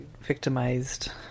victimized